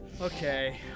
Okay